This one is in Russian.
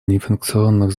неинфекционных